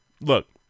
Look